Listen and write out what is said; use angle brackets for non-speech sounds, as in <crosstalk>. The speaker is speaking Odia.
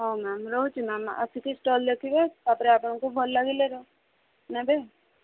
ହଉ ମ୍ୟାମ୍ ରହୁଛି ମ୍ୟାମ୍ ଆସିକି ଷ୍ଟଲ୍ ଦେଖିବେ ତା'ପରେ ଆପଣଙ୍କୁ ଭଲ ଲାଗିଲେ <unintelligible> ନେବେ